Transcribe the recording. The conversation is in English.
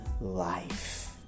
life